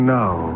now